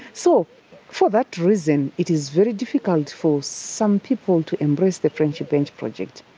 so for that reason it is very difficult for some people to embrace the friendship bench project,